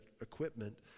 equipment